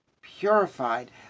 purified